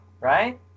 right